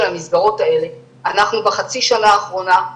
המסגרות האלה בחצי השנה האחרונה אנחנו